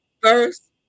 First